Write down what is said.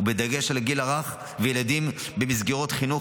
בדגש על הגיל הרך וילדים במסגרות חינוך,